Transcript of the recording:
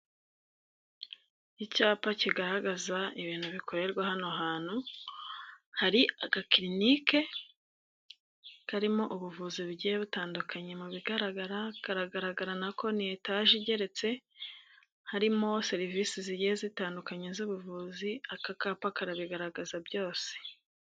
Icyapa kigaragaza ibintu bikorerwa hano hantu, hari agakirinike karimo ubuvuzi bugiye butandukanye, mu bigaragara ni etaje igeretse harimo serivisi zigiye zitandukanye z'ubuvuzi aka kapa karabigaragaza byose.